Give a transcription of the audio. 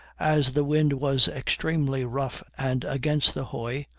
as the wind was extremely rough and against the hoy,